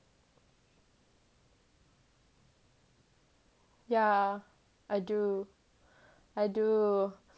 yeah I do I do